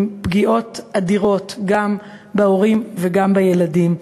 עם פגיעות אדירות גם בהורים וגם בילדים.